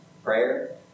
Prayer